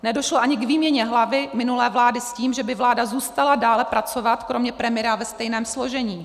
Nedošlo ani k výměně hlavy minulé vlády s tím, že by vláda zůstala dále pracovat kromě premiéra ve stejném složení.